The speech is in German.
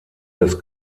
das